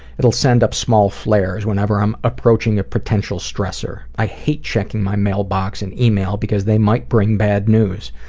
it would send up small flares whenever i am approaching a potential stressor. i hate checking my mailbox and email, because they might bring bad news.